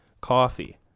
Coffee